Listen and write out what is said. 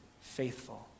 faithful